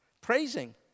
Praising